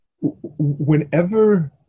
Whenever